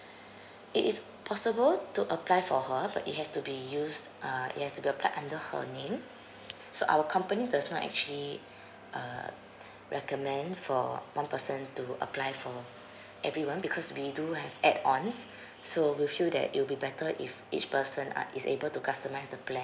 it is possible to apply for her it has to be used uh it has to be applied under her name so our company does not actually uh recommend for one person to apply for everyone because we do have add ons so we'll feel that it'll be better if each person uh is able to customize the plan